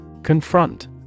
Confront